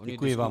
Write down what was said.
Děkuji vám.